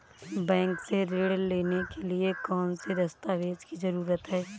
Bank से ऋण लेने के लिए कौन से दस्तावेज की जरूरत है?